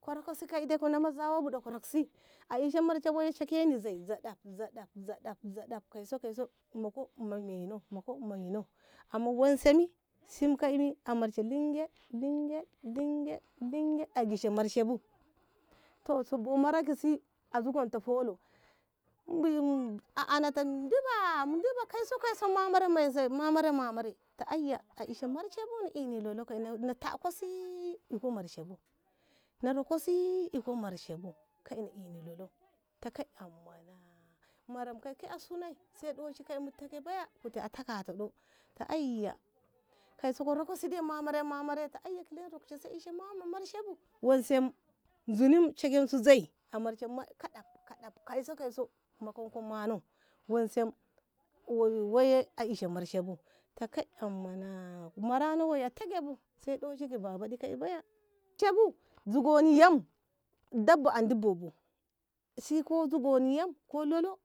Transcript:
ko roki si kai dai ka nama zawa ko roki si a ishe marshe woi shekene zei zaɗab- zaɗab- zaɗab- zaɗab kaiso- kaiso mokak meno mokok meno amma wonse me sim ke me. e lingeiɗ-lingeiɗ-lingeiɗ-lingeiɗ a gishe marshe bu toh su bo mara ki si a zugonto holo a ana ta diba- diba kaiso- kaiso mamare wonse mamare mamare ta aiya a ishe marshe bu ina lolo na taa ko si iko marshe bu na roka si iko marshe bu kai na ini lolo ta kai ammana maranmu ke a suna sai ɗoshi ke'e mu teke baya kute a taka toh ɗo ta aiya kaiso ko rokkote mamare mamare ta aiya kile in rokshe si a ishe mama marshe bu wonse zuni shekensu zei amarshe kaɗaf kaɗaf kaiso- kaiso mokanko mmano woi woiye a ishe marshe bu ta kai ammana marano woiye a teke sai ɗoshi ki babaɗi baya shahu sheke yam dabba andi bo bu si ko zugoni yam ko lolo.